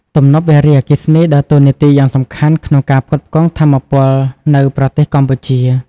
ទំនប់វារីអគ្គិសនីដើរតួនាទីយ៉ាងសំខាន់ក្នុងការផ្គត់ផ្គង់ថាមពលនៅប្រទេសកម្ពុជា។